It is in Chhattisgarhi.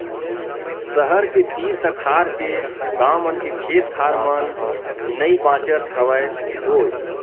सहर के तीर तखार के गाँव मन के खेत खार मन नइ बाचत हवय गोय